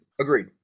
Agreed